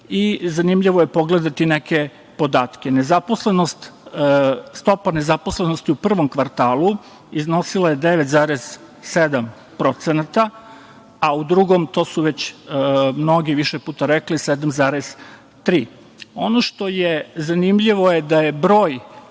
i zanimljivo je pogledati neke podatke. Stopa ne zaposlenosti u prvom kvartalu iznosila je 9,7 procenata, a u drugom to su već mnogi više puta rekli, 7,3%.Ono što je zanimljivo jeste da je broj